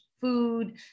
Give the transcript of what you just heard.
food